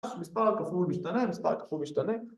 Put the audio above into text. המספר הכפול משתנה, מספר כפול משתנה